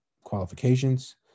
qualifications